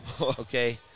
okay